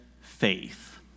faith